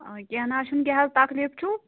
کینٛہہ نہ حظ چھُ نہٕ کیاہ حظ تکلیٖف چھو